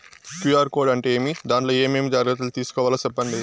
QR code అంటే ఏమి? దాంట్లో ఏ ఏమేమి జాగ్రత్తలు తీసుకోవాలో సెప్పండి?